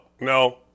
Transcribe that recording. no